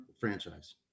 franchise